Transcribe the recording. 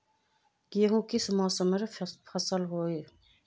गेहूँ किस मौसमेर फसल होय?